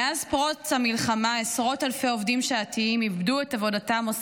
מאז פרוץ המלחמה עשרות אלפי עובדים שעתיים איבדו את עבודתם או